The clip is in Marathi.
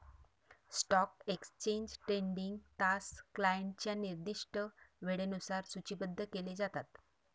स्टॉक एक्सचेंज ट्रेडिंग तास क्लायंटच्या निर्दिष्ट वेळेनुसार सूचीबद्ध केले जातात